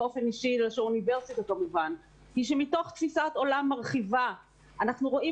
של האוניברסיטה לחוק היא שמתוך תפיסת עולם מרחיבה אנחנו רואים